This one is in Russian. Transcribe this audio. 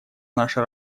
наша